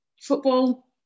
football